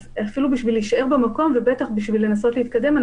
אז זה אפילו כדי להישאר במקום ובטח בשביל לנסות להתקדם,